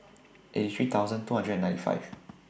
eighty three thousand two hundred and ninety five